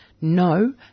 no